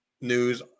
news